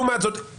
לעומת זאת,